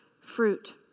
fruit